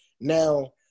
Now